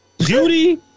Judy